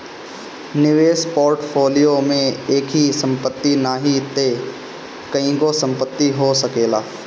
निवेश पोर्टफोलियो में एकही संपत्ति नाही तअ कईगो संपत्ति हो सकेला